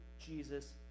Jesus